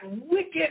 wicked